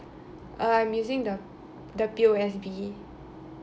uh I'm using the the P_O_S_B